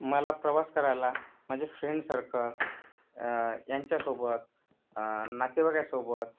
मला प्रवास करायला माझे फ्रेंड सर्कल यांच्यासोबत नातेवाईकांसोबत